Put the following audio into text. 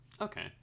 okay